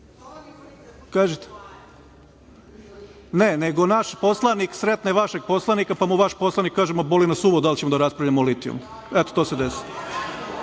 kažite, Ne, nego naši poslanik sretne vašeg poslanika, pa mu vaš poslanik kaže ma boli nas uvo da li ćemo da raspravljamo o litijumu. Eto, to se desilo,